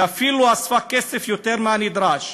ואפילו אספה כסף יותר מהנדרש.